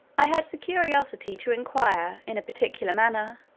i had the curiosity to inquire in a particular manner,